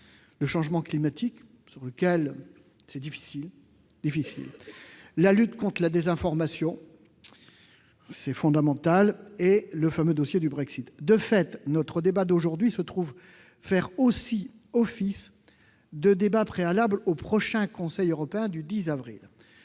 le changement climatique- question difficile -, la lutte contre la désinformation- c'est fondamental -, et le fameux dossier du Brexit. De fait, notre débat d'aujourd'hui se trouve faire aussi office de débat préalable au prochain Conseil européen. En effet,